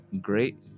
Great